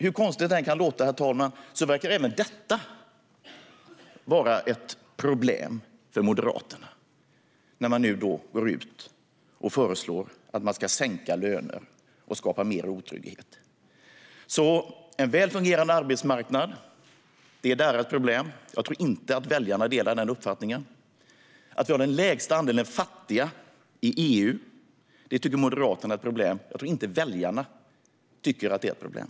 Hur konstigt det än kan låta verkar även detta vara ett problem för Moderaterna när man nu går ut och föreslår att man ska sänka löner och skapa mer otrygghet. En väl fungerande arbetsmarknad är deras problem. Jag tror inte att väljarna delar den uppfattningen. Att vi har den lägsta andelen fattiga i EU tycker Moderaterna är ett problem. Jag tror inte att väljarna tycker att det är ett problem.